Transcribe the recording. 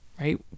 right